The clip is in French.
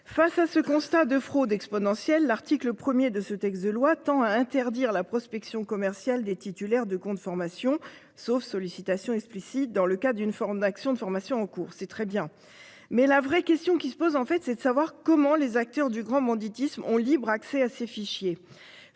face à ce constat de fraude exponentielle. L'article 1er de ce texte de loi tend à interdire la prospection commerciale des titulaires de comptes formation sauf sollicitations explicite dans le cas d'une forme d'actions de formation en cours. C'est très bien mais la vraie question qui se pose en fait, c'est de savoir comment les acteurs du grand banditisme ont libre accès à ces fichiers